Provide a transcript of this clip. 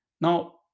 Now